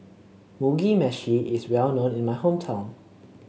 Mugi Meshi is well known in my hometown